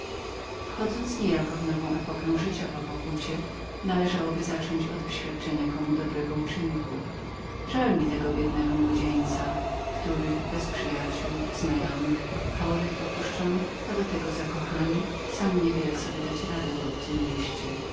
wchodząc niejako w nową epokę życia po pokucie należałoby zacząć je od wyświadczenia komu dobrego uczynku żal mi tego biednego młodzieńca który bez przyjaciół znajomych chory opuszczony a do tego zakochany sam nie wie jaką sobie dać radę w obcem mieście